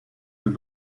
las